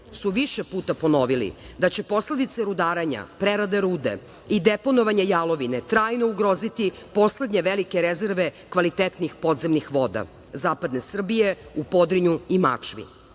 su više puta ponovili da će posledice rudarenja prerade rude i deponovanja jalovine trajno ugroziti poslednje velike rezerve kvalitetnih podzemnih voda zapadne Srbije, u Podrinju i Mačvi.